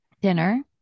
dinner